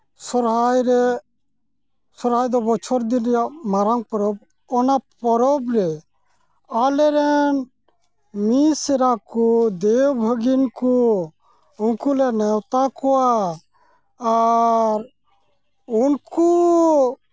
ᱥᱚᱨᱦᱟᱭ ᱨᱮ ᱥᱚᱨᱦᱟᱭ ᱫᱚ ᱵᱚᱪᱷᱚᱨ ᱫᱤᱱ ᱨᱮᱭᱟᱜᱫ ᱢᱟᱨᱟᱝ ᱯᱚᱨᱚᱵᱽ ᱚᱱᱟ ᱯᱚᱨᱚᱵᱽ ᱨᱮ ᱟᱞᱮ ᱨᱮᱱ ᱢᱤᱥᱨᱟ ᱠᱚ ᱫᱮᱹᱣᱼᱵᱷᱟᱹᱜᱤᱱ ᱠᱚ ᱩᱱᱠᱩ ᱞᱮ ᱱᱮᱣᱛᱟ ᱠᱚᱣᱟ ᱟᱨ ᱩᱱᱠᱩ